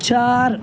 چار